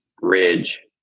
Ridge